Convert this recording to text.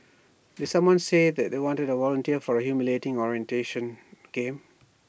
did someone say that they want A volunteer for A humiliating orientation game